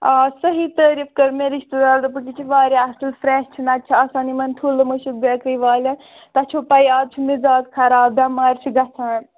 آ صحیح تٲریٖف کٔر مےٚ رِشتہٕ دار دوٚپُکھ یہِ چھِ واریاہ اَصٕل فرٛٮ۪ش چھُ نَتہٕ چھِ آسان یِمَن تھُلہٕ مٔشِکھ بیکٕے والٮ۪ن تَتھ چھُو پَیی اَز چھُ مِزاز خراب بٮ۪مارِ چھِ گژھان